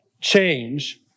change